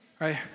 right